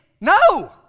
No